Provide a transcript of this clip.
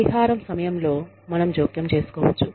పరిహారం సమయంలో మనం జోక్యం చేసుకోవచ్చు